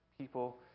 people